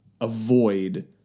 avoid